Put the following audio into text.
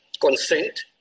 consent